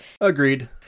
agreed